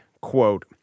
quote